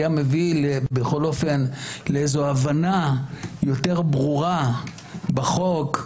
היה מביא לאיזו הבנה יותר ברורה בחוק,